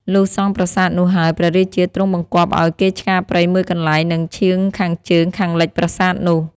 លុះសង់ប្រាសាទនោះហើយ ព្រះរាជាទ្រង់បង្គាប់ឲ្យគេឆ្ការព្រៃមួយកន្លែង នៅឈាងខាងជើងខាងលិចប្រាសាទនោះ